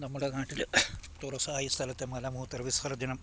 നമ്മുടെ നാട്ടിൽ തുറസ്സായ സ്ഥലത്തെ മല മൂത്ര വിസർജ്ജനം